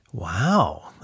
Wow